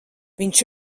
viņš